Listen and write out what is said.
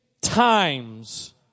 times